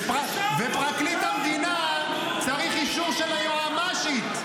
ופרקליט המדינה, צריך אישור של היועמ"שית.